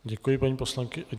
Děkuji, paní poslankyně.